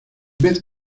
vez